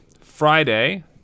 Friday